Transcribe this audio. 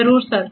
जरूर सर